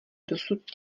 dosud